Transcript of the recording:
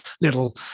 little